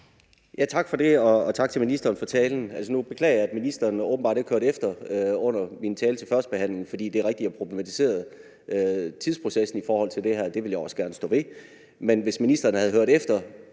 Tak for det, og tak til ministeren for talen. Nu beklager jeg, at ministeren åbenbart ikke har hørt efter under min tale til førstebehandlingen. For det er rigtigt, at jeg problematiserede tidsprocessen i forhold til det her. Det vil jeg også gerne stå ved. Men hvis ministeren havde hørt efter,